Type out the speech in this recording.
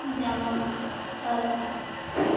যেমন তার